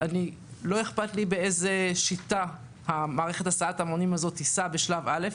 לא אכפת לי באיזו שיטה מערכת הסעת ההמונים הזאת תיסע בשלב א'.